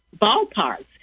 ballparks